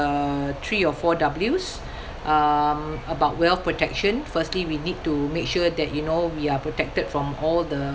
uh three or four Ws um about wealth protection firstly we need to make sure that you know we are protected from all the